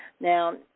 Now